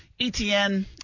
ETN